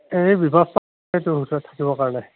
এই ব্যৱস্থা টো তাত থাকিবৰ কাৰণে